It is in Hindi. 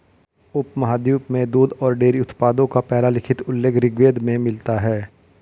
उपमहाद्वीप में दूध और डेयरी उत्पादों का पहला लिखित उल्लेख ऋग्वेद में मिलता है